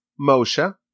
Moshe